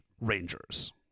rangers